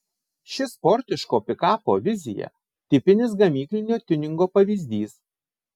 ši sportiško pikapo vizija tipinis gamyklinio tiuningo pavyzdys